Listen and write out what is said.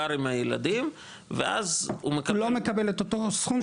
גר עם הילדים ואז הוא מקבל --- הוא לא מקבל את אותו סכום כממתין.